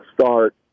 start